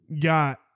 got